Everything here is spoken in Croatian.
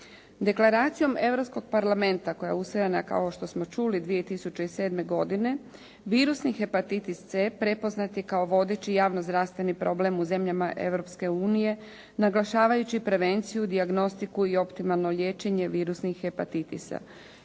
Deklaracijom Europskog parlamenta koja je usvojena kao što smo čuli 2007. godine virusni hepatitis C prepoznat je kao vodeći javno zdravstveni problem u zemljama Europske unije naglašavajući prevenciju, dijagnostiku i optimalno liječenje virusnih hepatitisa.